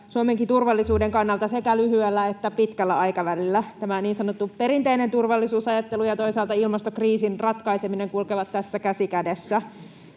Suomenkin turvallisuuden kannalta sekä lyhyellä että pitkällä aikavälillä. Tämä niin sanottu perinteinen turvallisuusajattelu ja toisaalta ilmastokriisin ratkaiseminen kulkevat tässä käsi kädessä.